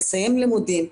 לסיים לימודים,